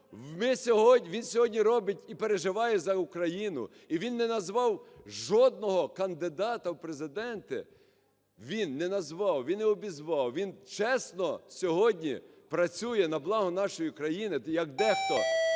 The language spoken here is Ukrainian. Він сьогодні робить і переживає за Україну. І він не назвав жодного кандидата в президенти, він не назвав, він не обізвав. Він чесно сьогодні працює на благо нашої країни. Як дехто…